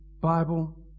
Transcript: Bible